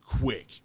quick